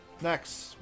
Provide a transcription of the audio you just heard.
Next